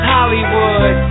Hollywood